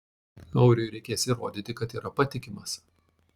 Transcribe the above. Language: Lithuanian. auriui reikės įrodyti kad yra patikimas